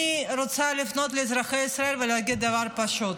אני רוצה לפנות לאזרחי ישראל ולהגיד דבר פשוט: